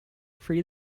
free